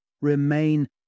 Remain